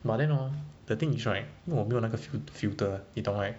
but then hor the thing is right 我没有那个 fil~ filter ah 你懂 right